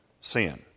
sin